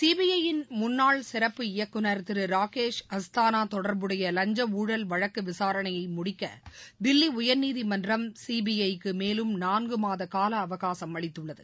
CBI யின் முன்னாள் சிறப்பு இயக்குநர் திருரகேஷ் அஸ்தானாதொடர்புடையலஞ்சஊழல் வழக்குவிசாரணையமுடிக்கதில்லிஉயா்நீதிமன்றம் சிபிஐ க்குமேலும் நான்குமாதஅவகாசம் அளித்துள்ளது